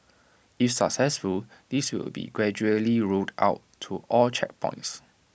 if successful this will be gradually rolled out to all checkpoints